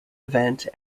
event